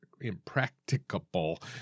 impracticable